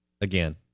again